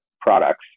products